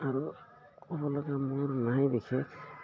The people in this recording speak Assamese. আৰু ক'ব লগা মোৰ নাই বিশেষ